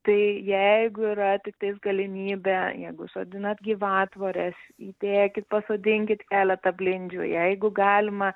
tai jeigu yra tiktais galimybė jeigu sodinat gyvatvores įdėkit pasodinkit keletą blindžių jeigu galima